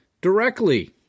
directly